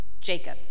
Jacob